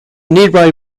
nearby